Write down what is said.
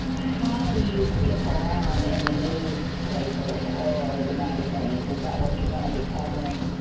how do you skip around in the newspapers or the magazine? is is that what you're going to be covering?